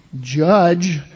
judge